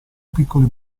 piccoli